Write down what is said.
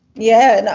yeah,